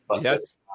Yes